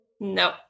No